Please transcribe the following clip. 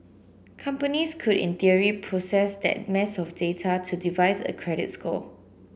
companies could in theory process that mass of data to devise a credit score